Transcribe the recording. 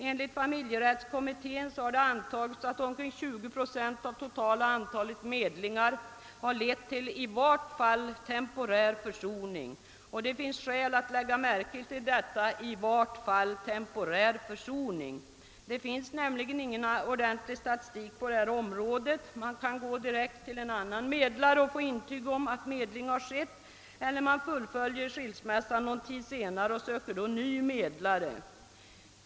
Enligt familjerättskommittén har det antagits att omkring 20 procent av totala antalet medlingar lett till »i vart fall temporär försoning». Det finns skäl att lägga märke till »i vart fall temporär försoning». Det finns nämligen ingen ordentlig statistik. Man kan gå direkt till en annan medlare och få intyg om att medling skett eller man fullföljer skilsmässan någon tid senare och söker då ny medlare.